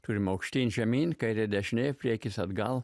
turim aukštyn žemyn kairė dešinė priekis atgal